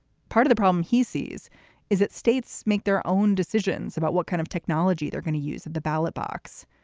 part of the problem he sees is that states make their own decisions about what kind of technology they're going to use at the ballot box.